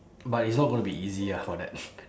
but it's not going to be easy ah for that